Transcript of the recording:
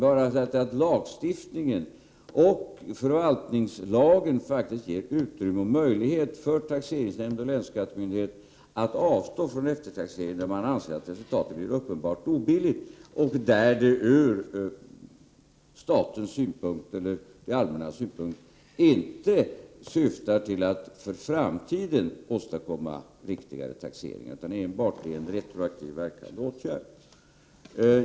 Jag vill dock framhålla att lagstiftningen, förvaltningslagen, ger utrymme och möjlighet för taxeringsnämnd och länsskattemyndighet att avstå från eftertaxering, där man anser att resultatet blir uppenbart obilligt och där det ur statens, det allmännas synpunkt inte syftar till att för framtiden åstadkomma mer riktiga taxeringar utan enbart är en retroaktivt verkande åtgärd.